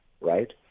right